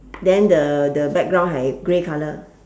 then the the background hai grey colour